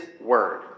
word